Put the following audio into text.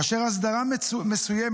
כאשר הסדרה מסוימת